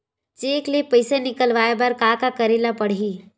Cheque ले पईसा निकलवाय बर का का करे ल पड़हि?